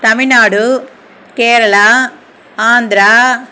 Tamil Nadu Kerala Andhra